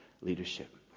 leadership